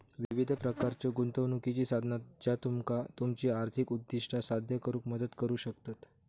विविध प्रकारच्यो गुंतवणुकीची साधना ज्या तुमका तुमची आर्थिक उद्दिष्टा साध्य करुक मदत करू शकतत